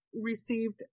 received